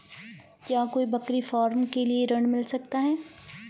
क्या कोई बकरी फार्म के लिए ऋण मिल सकता है?